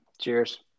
Cheers